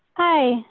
hi,